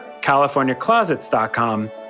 californiaclosets.com